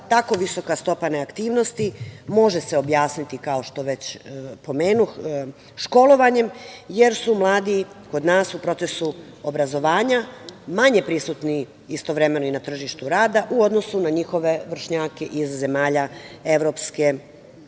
Taka visoka stopa neaktivnosti može se objasniti, kao što već pomenuh, školovanjem, jer su mladi kod nas u procesu obrazovanja manje prisutni istovremeno i na tržištu rada, u odnosu na njihove vršnjake iz zemalja Evropske